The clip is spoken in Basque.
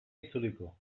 itzuliko